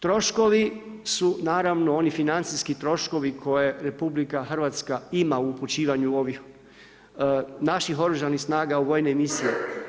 Troškovi su naravno oni financijski troškovi koje RH ima u upućivanju ovih naših oružanih snaga u vojne misije.